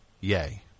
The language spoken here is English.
Yay